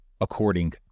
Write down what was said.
According